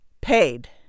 Paid